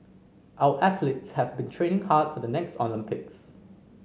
our athletes have been training hard for the next Olympics